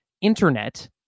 Internet